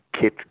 kit